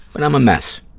and i'm a mess.